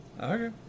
Okay